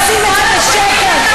20 שנה אתם בשלטון ועושים את זה בשקט,